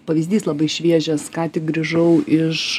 pavyzdys labai šviežias ką tik grįžau iš